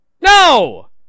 No